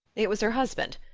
it was her husband.